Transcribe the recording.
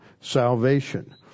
salvation